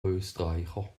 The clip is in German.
österreicher